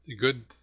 good